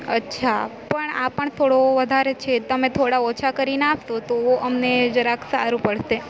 અચ્છા પણ આ પણ થોડો વધારે છે તમે થોડા ઓછા કરીને આપશો તો અમને જરાક સારું પડશે